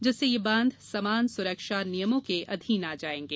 जिससे ये बांध समान सुरक्षा नियमों के अधीन आ जायेंगे